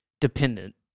dependent